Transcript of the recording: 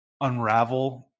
unravel